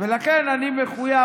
ולכן אני מחויב